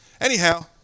Anyhow